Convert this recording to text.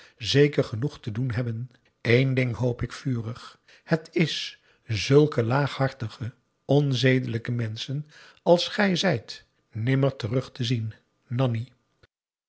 zeker genoeg te doen hebben eén ding hoop ik vurig het is zulke laaghartige onzedelijke menschen als gij zijt nimmer terug te zien nanni